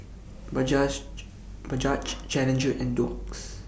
Bajaj Challenger and Doux